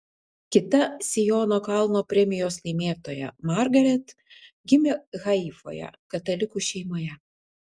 kita siono kalno premijos laimėtoja margaret gimė haifoje katalikų šeimoje